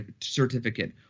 certificate